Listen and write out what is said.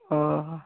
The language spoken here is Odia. ଓହୋ